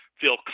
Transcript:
feel